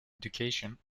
education